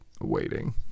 waiting